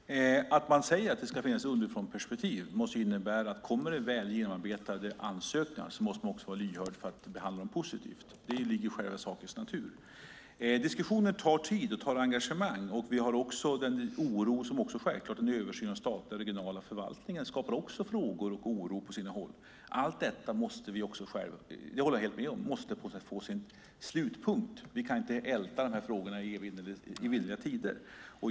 Fru talman! Att man säger att det ska finnas underifrånperspektiv måste innebära att om det kommer väl genomarbetade ansökningar måste man vara lyhörd för att behandla dem positivt. Det ligger i själva sakens natur. Diskussioner tar tid och engagemang. Vi har också den oro och de frågor som en översyn av statliga och regionala förvaltningar skapar på sina håll. Jag håller med om att allt detta måste få sin slutpunkt. Vi kan inte älta de här frågorna i evinnerliga tider.